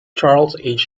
charles